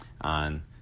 on